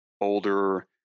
older